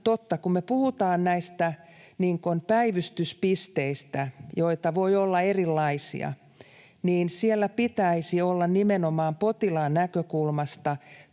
Kun me puhutaan näistä päivystyspisteistä, joita voi olla erilaisia, niin siellä pitäisi olla nimenomaan potilaan näkökulmasta